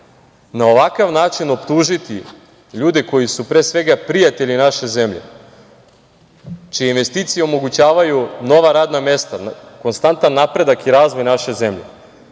na ovakav način optužiti ljude koji su pre svega prijatelji naše zemlje, čije investicije omogućavaju nova radna mesta, konstantan napredak i razvoj naše zemlje.